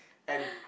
and